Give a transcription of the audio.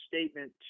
statement